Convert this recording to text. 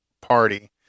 Party